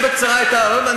חושב שמדינת ירדן,